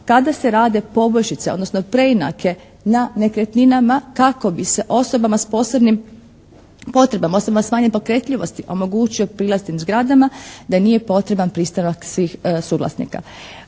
kada se rade poboljšice, odnosno preinake na nekretninama kako bi se osobama sa posebnim potrebama, osobama sa manje pokretljivosti omogućio prilaz tim zgradama da nije potreban pristanak svih suvlasnika.